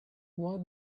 what